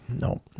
No